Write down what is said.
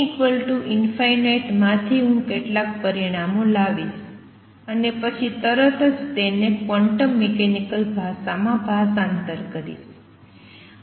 n ∞ માથી હું કેટલાક પરિણામો લાવીશ અને પછી તરત જ તેમને ક્વોન્ટમ મિકેનિકલ ભાષામાં ભાષાંતર કરીશ